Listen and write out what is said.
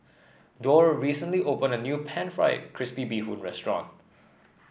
Dorr recently opened a new pan fried crispy Bee Hoon restaurant